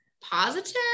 positive